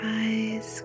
eyes